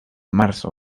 marzo